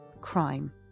crime